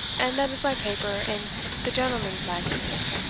and that is my paper in the gentleman's magazine,